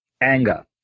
Anger